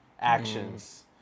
actions